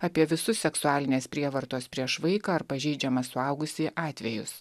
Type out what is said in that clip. apie visus seksualinės prievartos prieš vaiką ar pažeidžiamą suaugusįjį atvejus